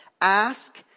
Ask